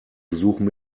besuchen